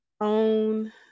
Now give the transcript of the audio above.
own